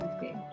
Okay